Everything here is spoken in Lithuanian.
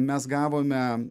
mes gavome